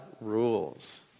rules